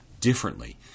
differently